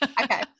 Okay